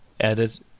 added